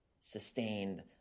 sustained